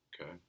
okay